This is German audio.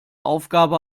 aufgabe